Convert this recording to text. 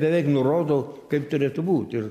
beveik nurodau kaip turėtų būt ir